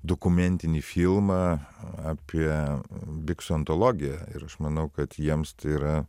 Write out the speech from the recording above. dokumentinį filmą apie biksų antologiją ir aš manau kad jiems tai yra